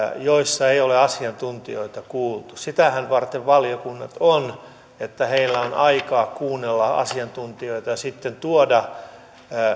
joissa ei ole asiantuntijoita kuultu sitähän varten valiokunnat ovat että heillä on aikaa kuunnella asiantuntijoita ja sitten tuoda